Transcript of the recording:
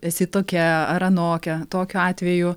esi tokia ar anokia tokiu atveju